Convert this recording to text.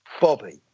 Bobby